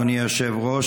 אדוני היושב-ראש,